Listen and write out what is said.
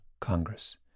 Congress